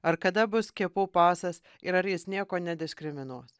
ar kada bus skiepų pasas ir ar jis nieko nediskriminuos